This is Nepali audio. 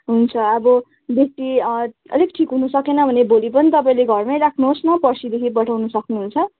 हुन्छ अब बेसी अलिक ठिक हुनु सकेन भने भोलि पनि तपाईँले घरमै राख्नुहोस् न पर्सीदेखि पठाउनु सक्नुहुन्छ